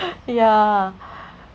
yeah